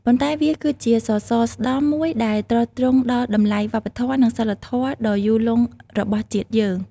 ប៉ុន្តែវាគឺជា សរសរស្តម្ភ មួយដែលទ្រទ្រង់ដល់តម្លៃវប្បធម៌ និងសីលធម៌ដ៏យូរលង់របស់ជាតិយើង។